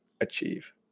achieve